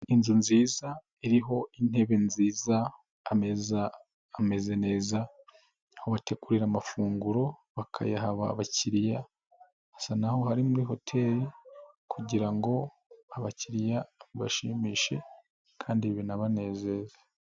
Inzu nziza iriho intebe nziza, ameza, ameze neza, aho bategurira amafunguro bakayaha abakiriya, hasa naho hari muri hoteri, kugira ngo, abakiriya bibashimishe, kandi binabanezeze.